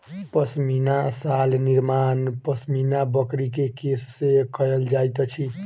पश्मीना शाल निर्माण पश्मीना बकरी के केश से कयल जाइत अछि